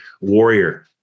warrior